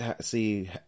see